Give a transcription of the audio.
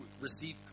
Receive